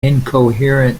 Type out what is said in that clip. incoherent